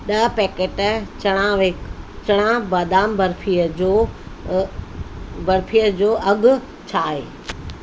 ॾह पैकेट चणाविक चणा बादाम बर्फीअ बर्फीअ जो अघु छा आहे